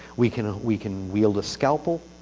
we can we can wield a scalpel.